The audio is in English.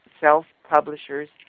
self-publishers